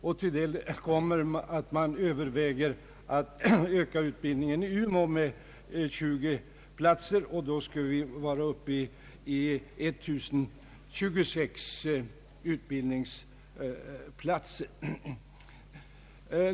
Därtill kommer att en ökning av utbildningen i Umeå med 20 platser övervägs, och då kommer vi att vara uppe i 1 026 utbildningsplatser.